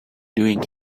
doing